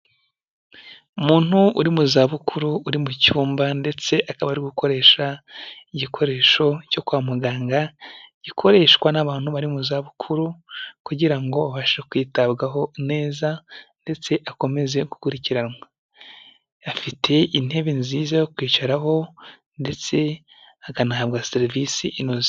Umuntu uri mu zabukuru uri mu cyumba ndetse akaba ari gukoresha igikoresho cyo kwa muganga gikoreshwa n'abantu bari mu zabukuru kugira ngo abashe kwitabwaho neza ndetse akomeze gukurikiranwa afite intebe nziza yo kwicaraho ndetse akanahabwa serivisi inoze.